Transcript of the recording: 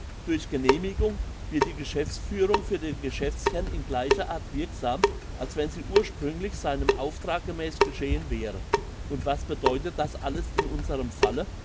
durch genehmigung wird die geschäftsführung für den geschäftsherrn in gleicher art wirksam als wenn sie ursprünglich seinem auftrag gemäss geschehen wäre und was bedeutet das alles in unserem falle